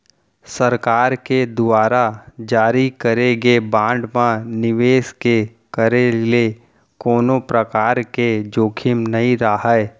सरकार के दुवार जारी करे गे बांड म निवेस के करे ले कोनो परकार के जोखिम नइ राहय